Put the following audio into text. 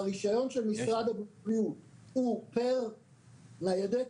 הרישיון של משרד הבריאות הוא פר ניידת,